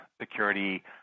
security